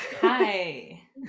Hi